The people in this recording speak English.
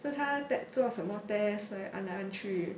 so 他做什么 test 按来按去